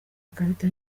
ikarita